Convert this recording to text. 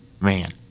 man